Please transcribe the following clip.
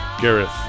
Gareth